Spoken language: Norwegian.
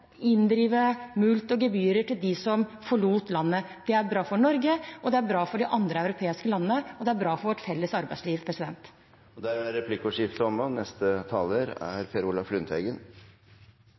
inndrive mulkt og gebyr fra dem som forlot landet. Det er bra for Norge, det er bra for de andre europeiske landene, og det er bra for vårt felles arbeidsliv.